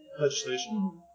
legislation